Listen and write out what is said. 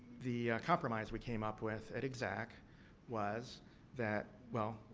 the compromise we came up with at exec was that well,